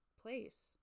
place